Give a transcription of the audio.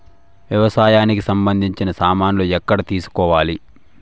వ్యవసాయానికి సంబంధించిన సామాన్లు ఎక్కడ తీసుకోవాలి?